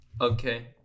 okay